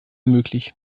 möglich